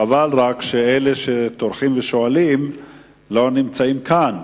חבל שאלה שטורחים ושואלים לא נמצאים כאן